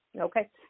okay